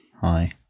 Hi